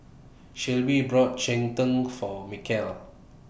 Shelbie brought Cheng Tng For Mikal